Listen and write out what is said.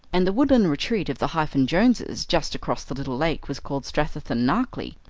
and the woodland retreat of the hyphen-joneses just across the little lake was called strathythan-na-clee,